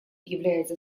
является